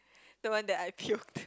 the one that I puked